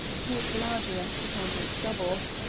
who is large enough to count as double.